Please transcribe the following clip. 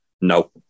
No